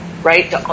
Right